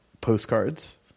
postcards